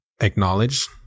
acknowledge